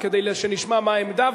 כדי שנשמע מה העמדה,